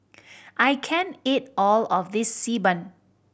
I can't eat all of this Xi Ban